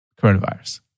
coronavirus